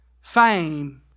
fame